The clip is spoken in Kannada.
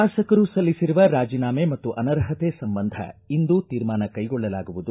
ತಾಸಕರು ಸಲ್ಲಿಸಿರುವ ರಾಜಿನಾಮೆ ಮತ್ತು ಅನರ್ಹತೆ ಸಂಬಂಧ ಇಂದು ತೀರ್ಮಾನ ಕೈಗೊಳ್ಳಲಾಗುವುದು